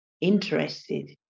interested